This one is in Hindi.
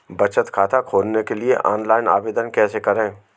बचत खाता खोलने के लिए ऑनलाइन आवेदन कैसे करें?